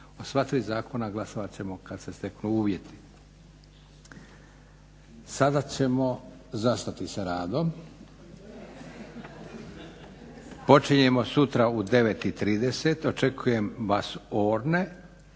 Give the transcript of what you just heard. sva tri zakona glasovat ćemo kada se steknu uvjeti. Sada ćemo zastati sa radom. Počinjemo sutra u 9,30. Očekujem vas orne